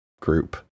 group